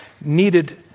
needed